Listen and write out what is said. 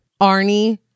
Arnie